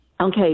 Okay